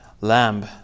lamb